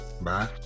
bye